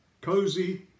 cozy